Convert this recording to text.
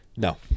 No